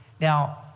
Now